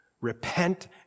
repent